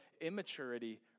immaturity